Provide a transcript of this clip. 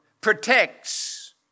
protects